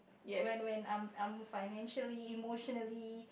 when when I'm I'm financially emotionally